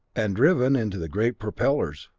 and driven into the great propellers,